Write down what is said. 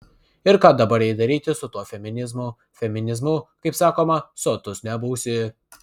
ir ką dabar jai daryti su tuo feminizmu feminizmu kaip sakoma sotus nebūsi